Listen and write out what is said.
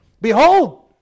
behold